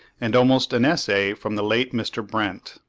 and almost an essay from the late mr. brent.